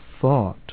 thought